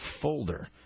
folder